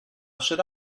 should